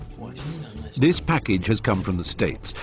this package has come from the states.